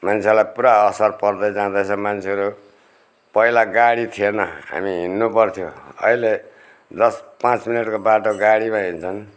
मान्छेलाई पुरा असर पर्दै जाँदैछ मान्छेहरू पहिला गाडी थिएन हामी हिँड्नु पर्थ्यो अहिले दस पाँच मिनटको बाटो गाडीमा हिँड्छन्